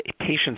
patients